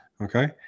Okay